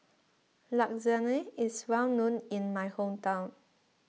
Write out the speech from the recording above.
Lasagne is well known in my hometown